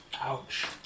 Ouch